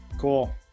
Cool